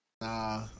Nah